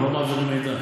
אנחנו לא מעבירים מידע.